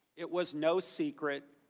it was no secret.